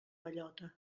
bellota